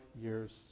years